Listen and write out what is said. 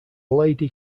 lady